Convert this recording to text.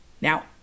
Now